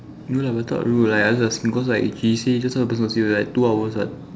ya lah better I ask cause she say just now the person say two hours what